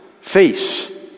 face